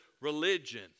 religion